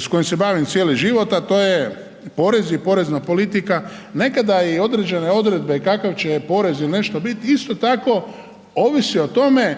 s kojim se bavim cijeli život, a to je porez i porezna politika. Nekada i određene odredbe kakav će porez il nešto bit, isto tako ovisi o tome